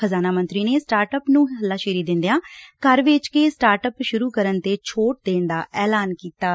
ਖਜ਼ਾਨਾ ਮੰਤਰੀ ਨੇ ਸਟਾਰਟ ਅਪ ਨੂੰ ਹਲਾਸ਼ੇਰੀ ਦਿੰਦਿਆਂ ਘਰ ਵੇਚਕੇ ਸਟਾਰਟ ਅਪ ਸ਼ੁਰੂ ਕਰਨ ਤੇ ਛੋਟ ਦੇਣ ਦਾ ਐਲਾਨ ਕੀਤੈ